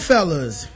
Fellas